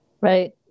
right